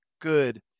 good